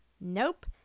Nope